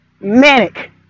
Manic